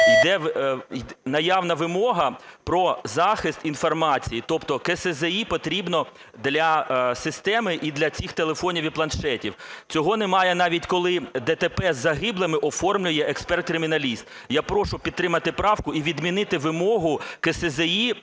йде наявна вимога про захист інформації, тобто КСЗІ потрібно для системи і для цих телефонів і планшетів. Цього немає навіть, коли ДТП з загиблими оформлює експерт-криміналіст. Я прошу підтримати правку і відмінити вимогу КСЗІ